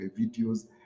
videos